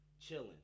chilling